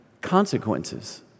consequences